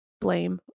blame